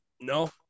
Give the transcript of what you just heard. no